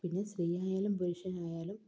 പിന്നെ സ്ത്രീയായാലും പുരുഷനായാലും